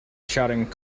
shouting